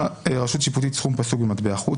במטבע חוץ,